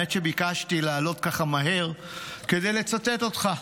האמת היא שביקשתי לעלות מהר כדי לצטט אותך,